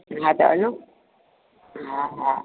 हा त हलो हा हा